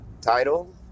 title